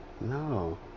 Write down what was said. No